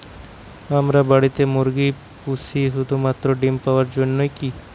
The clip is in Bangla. আমরা বাড়িতে মুরগি পুষি শুধু মাত্র ডিম পাওয়ার জন্যই কী?